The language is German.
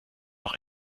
doch